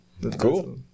Cool